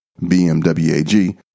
BMWAG